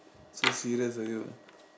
so serious ah you